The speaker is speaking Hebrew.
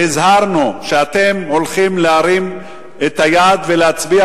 והזהרנו: אתם הולכים להרים את היד ולהצביע